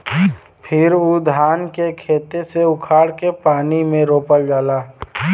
फिर उ धान के खेते से उखाड़ के पानी में रोपल जाला